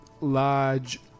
large